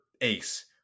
ace